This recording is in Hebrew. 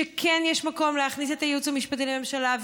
שכן יש מקום להכניס את הייעוץ המשפטי לממשלה,